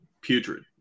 putrid